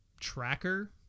tracker